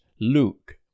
Luke